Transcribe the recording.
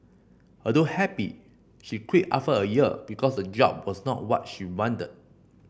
although happy she quit after a year because the job was not what she wanted